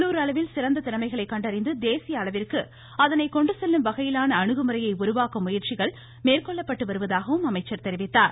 உள்ளுர் அளவில் சிறந்த திறமைகளை கண்டறிந்து தேசிய அளவிற்கு கொண்டுசெல்லும் வகையிலான அதனை அணுகுமுறையை உருவாக்கும் முயற்சிகள் மேற்கொள்ளப்பட்டு வருவதாகவும் அமைச்சர் தெரிவித்தார்